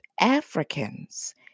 Africans